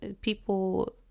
people